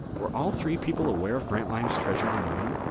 were all three people aware of grantline's treasure on the moon?